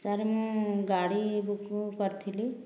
sir ମୁଁ ଗାଡ଼ି booking କରିଥିଲି